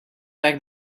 back